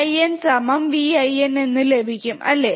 Vin സമം Vin എന്ന് ലഭിക്കും അല്ലെ